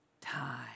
time